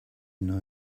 know